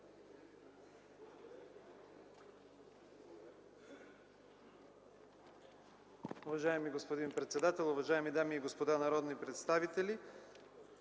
Уважаема госпожо председател, уважаеми дами и господа народни представители,